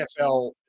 NFL